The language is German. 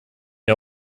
wir